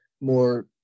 more